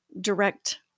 direct